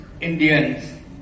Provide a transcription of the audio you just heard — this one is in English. Indians